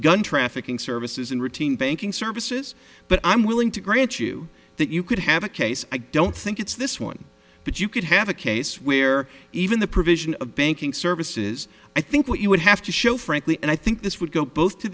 gun trafficking services in routine banking services but i'm willing to grant you that you could have a case i don't think it's this one but you could have a case where even the provision of banking services i think what you would have to show frankly and i think this would go both to